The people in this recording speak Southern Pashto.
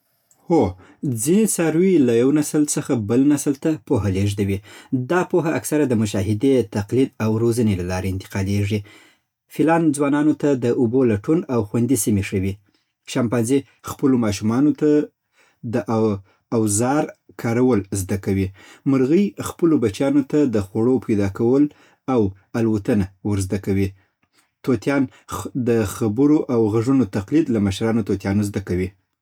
هو، ځینې څاروي له یو نسل څخه بل نسل ته پوهه لېږدوي. دا پوهه اکثره د مشاهدې، تقلید او روزنې له لارې انتقالېږي. فیلان ځوانانو ته د اوبو لټون او خوندي سیمې ښوي. شامپانزي خپلو ماشومانو ته د اوزار کارول زده کوي. مرغۍ خپلو بچیانو ته د خوړو پیدا کول او الوتنه ورزده کوي. طوطيان د خبرو او غږونو تقلید له مشرانو طوطيانو زده کوي.